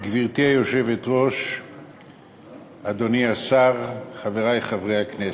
גברתי היושבת-ראש, אדוני השר, חברי חברי הכנסת,